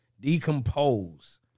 decompose